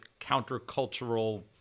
countercultural